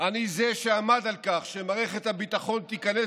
אני זה שעמד על כך שמערכת הביטחון תיכנס